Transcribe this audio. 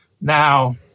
Now